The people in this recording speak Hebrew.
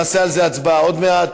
נעשה על זה הצבעה עוד מעט.